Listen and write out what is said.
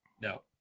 No